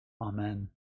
Amen